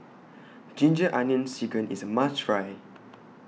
Ginger Onions Chicken IS A must Try